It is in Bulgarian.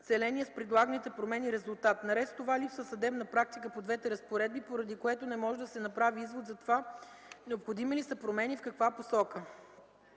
целения с предлаганите промени резултат. Наред с това липсва съдебна практика по двете разпоредби, поради което не може да се направи извод за това необходими ли са промени и в каква насока.